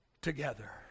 together